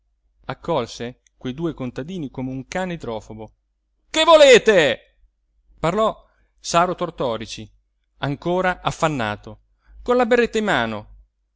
accolse quei due contadini come un cane idrofobo che volete parlò saro tortorici ancora affannato con la berretta in mano